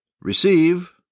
receive